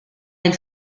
del